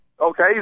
Okay